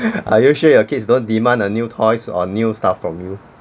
are you sure your kids don't demand a new toys or new stuff from you